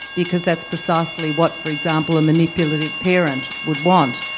because that's precisely what for example a manipulative parent would want.